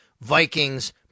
Vikings